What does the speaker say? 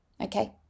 okay